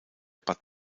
bad